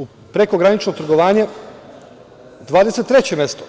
U prekogranično trgovanje - 23 mesto,